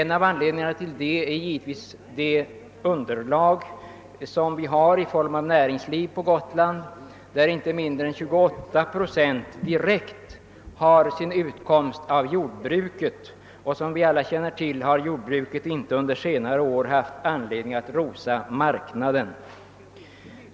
En av anledningarna härtill är givetvis näringslivets struktur på Gotland, där inte mindre än 28 procent av befolkningen direkt har sin utkomst av jordbruket, och som bekant har jordbruket under senare år inte haft anledning att rosa marknaden.